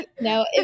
No